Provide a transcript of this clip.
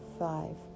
five